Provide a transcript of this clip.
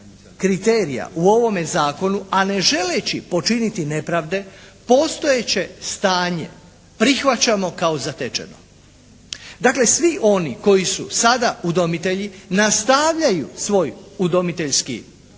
kriterija u ovome zakonu, a ne želeći počiniti nepravde postojeće stanje prihvaćamo kao zatečeno. Dakle svi oni koji su sada udomitelji nastavljaju svoj udomiteljski status,